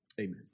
Amen